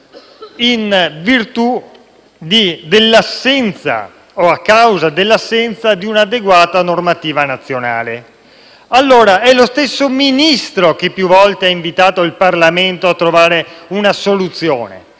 autorizzazioni proprio a causa dell'assenza di un'adeguata normativa nazionale. È lo stesso Ministro che più volte ha invitato il Parlamento a trovare una soluzione.